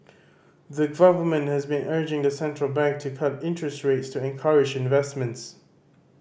the government has been urging the central bank to cut interest rates to encourage investments